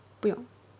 不用